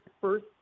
first